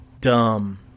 dumb